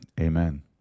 Amen